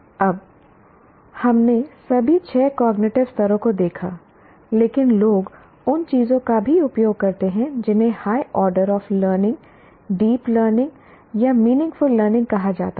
अब हमने सभी छह कॉग्निटिव स्तरों को देखा लेकिन लोग उन चीजों का भी उपयोग करते हैं जिन्हें high order of learning deep learning या मीनिंगफुल लर्निंग कहा जाता है